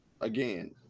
again